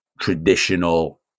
traditional